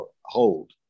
hold